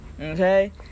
Okay